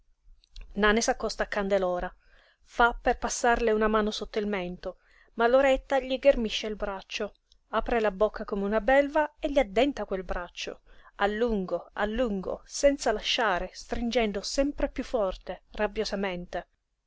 scherzando nane s'accosta a candelora fa per passarle una mano sotto il mento ma loretta gli ghermisce il braccio apre la bocca come una belva e gli addenta quel braccio a lungo a lungo senza lasciare stringendo sempre piú forte